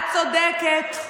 את צודקת,